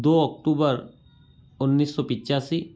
दो ऑक्टूबर उन्नीस सौ पचासी